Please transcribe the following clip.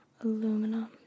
aluminum